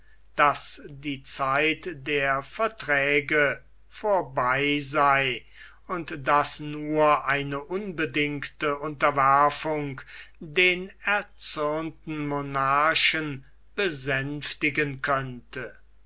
daß die zeit der verträge vorbei sei und daß nur eine unbedingte unterwerfung den erzürnten monarchen besänftigen könne